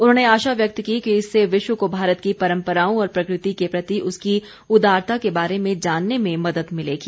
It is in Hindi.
उन्होंने आशा व्यक्त की कि इससे विश्व को भारत की परंपराओं और प्रकृति के प्रति उसकी उदारता के बारे में जानने में मदद मिलेगी